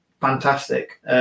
fantastic